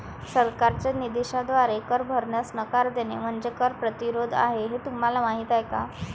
सरकारच्या निषेधामुळे कर भरण्यास नकार देणे म्हणजे कर प्रतिरोध आहे हे तुम्हाला माहीत आहे का